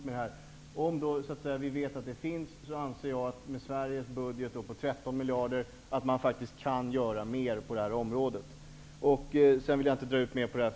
Om vi vet att detta behov finns, anser jag att vi med Sveriges budget på 13 miljarder kronor faktiskt kan göra mer på detta område. Jag vill inte dra ut mer på debatten.